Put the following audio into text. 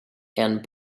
and